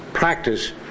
practice